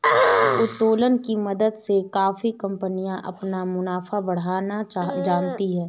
उत्तोलन की मदद से काफी कंपनियां अपना मुनाफा बढ़ाना जानती हैं